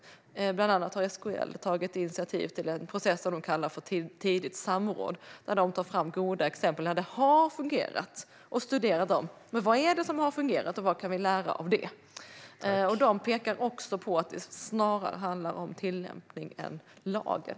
Bland annat har SKL tagit initiativ till en process som de kallar för tidigt samråd, där de tar fram goda exempel på där det har fungerat och studerar vad det är som har fungerat och vad man kan lära av det. De pekar också på att det snarare handlar om tillämpningen än om lagen.